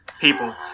people